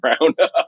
Roundup